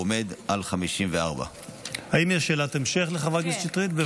היא עומדת על 54. האם יש שאלת המשך לחברת הכנסת שטרית?